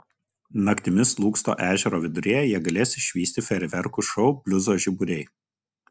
naktimis lūksto ežero viduryje jie galės išvysti fejerverkų šou bliuzo žiburiai